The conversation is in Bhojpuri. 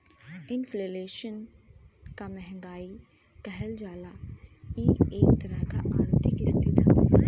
इन्फ्लेशन क महंगाई कहल जाला इ एक तरह क आर्थिक स्थिति हउवे